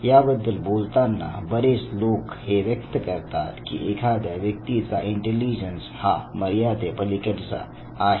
याबद्दल बोलताना बरेच लोक हे व्यक्त करतात की एखाद्या व्यक्तीचा इंटेलिजन्स हा मर्यादेपलीकडचा आहे